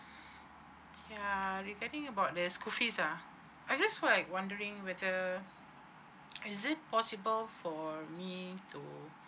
ya regarding about the school fees ah I just like wondering whether is it possible for me to